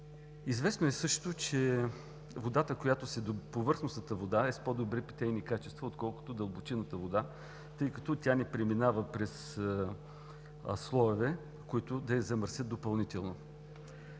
Известно е също, че повърхностната вода е с по-добри питейни качества отколкото дълбочинната вода, тъй като тя не преминава през слоеве, които да я замърсят допълнително.